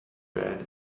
bed